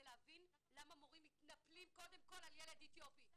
להבין למה מורים מתנפלים קודם כל על ילד אתיופי,